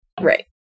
right